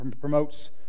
promotes